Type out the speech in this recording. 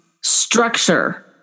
structure